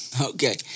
Okay